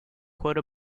quote